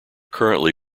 currently